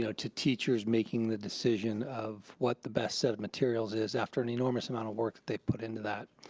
so to teachers making the decision of what the best set of materials is after an enormous amount of work that they've put into that.